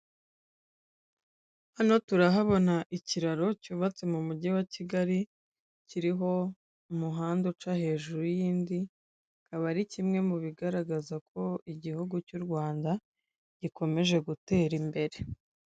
Hano turahabona ikiraro cyubatse mu mujyi wa Kigali kiriho umuhanda uca hejuru y'indi akaba ari kimwe mu bigaragaza ko igihugu cy'u Rwanda gikomeje gutera imbere.